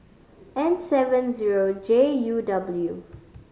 N seven zero J U W